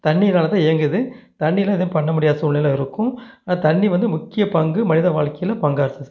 தண்ணிர்னால் தான் இயங்குது தண்ணி இல்லைனா எதுவும் பண்ண முடியாத சூழ்நிலை இருக்கும் ஆனால் தண்ணி வந்து முக்கிய பங்கு மனித வாழ்க்கையில் பங்கா இருந்தது